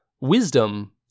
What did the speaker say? Wisdom